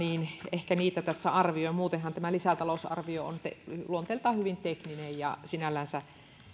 ehkä niitä tässä arvioin muutenhan tämä lisätalousarvio on luonteeltaan hyvin tekninen ja sinällänsä